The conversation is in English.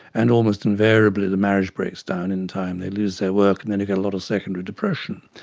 and almost invariably the marriage breaks down in time, they lose their work, and then you get a lot of secondary depression.